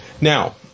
Now